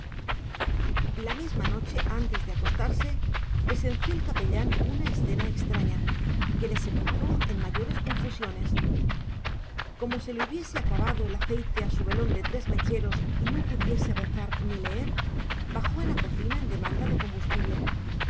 la misma noche antes de acostarse presenció el capellán una escena extraña que le sepultó en mayores confusiones como se le hubiese acabado el aceite a su velón de tres mecheros y no pudiese rezar ni leer bajó a la cocina en demanda de combustible